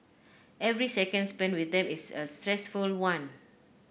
every second spent with them is a stressful one